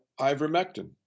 ivermectin